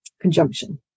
conjunction